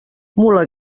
mula